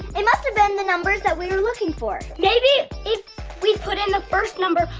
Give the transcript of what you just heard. it must of been the numbers that we were looking for! maybe if we put in the first number,